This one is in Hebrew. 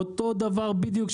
אותו דבר בדיוק,